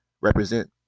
represent